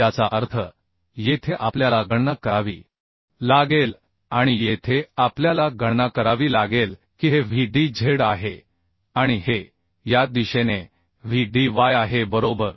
याचा अर्थ येथे आपल्याला गणना करावी लागेल आणि येथे आपल्याला गणना करावी लागेल की हे Vdz आहे आणि हे या दिशेने Vdy आहे बरोबर